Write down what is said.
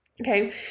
Okay